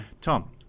Tom